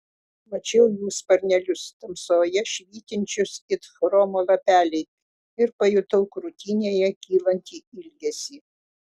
mačiau jų sparnelius tamsoje švytinčius it chromo lapeliai ir pajutau krūtinėje kylantį ilgesį